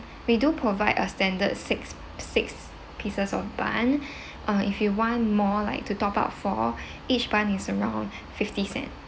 we do provide a standard six six pieces of bun or if you want more like to top up for each bun is around fifty cent